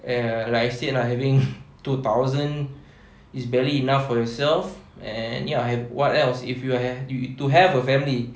err like I said lah having two thousand is barely enough for yourself and ya what else if you have to have a family